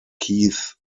keith